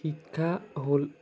শিক্ষা হ'ল